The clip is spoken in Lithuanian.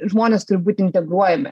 žmonės turi būti integruojami